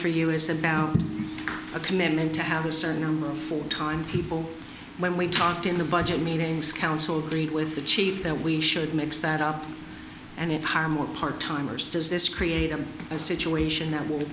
us about a commitment to have a certain number of full time people when we talked in the budget meetings council treat with the chief that we should mix that up and it harm or part timers does this create a situation that will